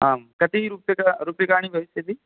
आम् कति रुप्यक रूप्यकाणि भविष्यति